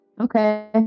Okay